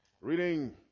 Reading